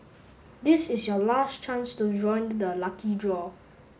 this is your last chance to join the lucky draw